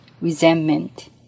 resentment